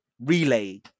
relay